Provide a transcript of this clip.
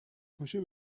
پاشو